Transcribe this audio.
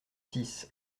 six